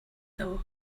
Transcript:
though